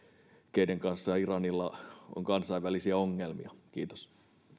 keiden kanssa iranilla on kansainvälisiä ongelmia kiitos